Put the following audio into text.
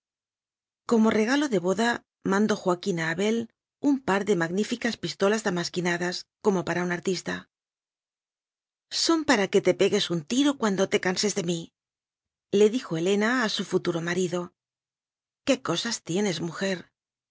como regalo de boda mandó joaquín a abel un par de magníficas pistolas damas quinadas como para un artista son para que te pegues un tiro cuando te canses de míle dijo helena a su futuro marido i qué cosas tienes mujer